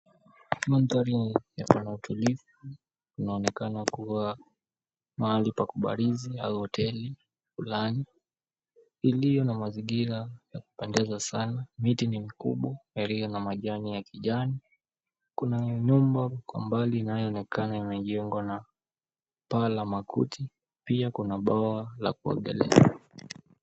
Mandhari yako na utulivu. Kunaonekana kuwa mahali pa kubalizi au hoteli fulan, ilio na mazingira ya kupendeza sana. Miti ni mikubwa yenye majani ya kijani. Kuna nyumba kwa mbali inayoonekana imejengwa na paa la makuti. Pia kuna bwawa la kuogelea.